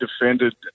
defended